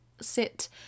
sit